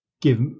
give